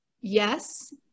yes